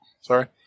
Sorry